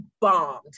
bombed